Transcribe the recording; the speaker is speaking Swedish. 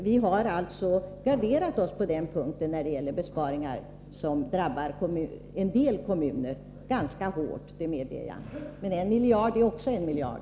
Vi har alltså garderat oss när det gäller besparingar som kan — det medger jag — drabba vissa kommuner ganska hårt. Men 1 miljard är ändå 1 miljard.